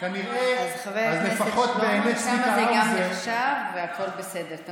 חבר הכנסת שלמה, גם שם זה נחשב והכול בסדר.